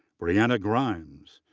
brianna grimes,